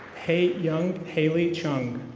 hay young hailey chung.